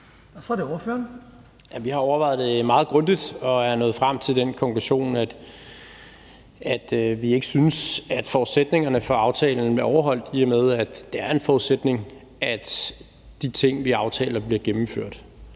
Rasmus Jarlov (KF): Vi har overvejet det meget grundigt og er nået frem til den konklusion, at vi ikke synes, at forudsætningerne for aftalen er overholdt, i og med at det er en forudsætning, at de ting, vi aftaler, bliver gennemført.